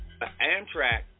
Amtrak